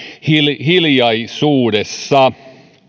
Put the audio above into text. hiljaisuudessa